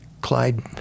Clyde